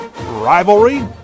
Rivalry